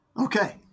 okay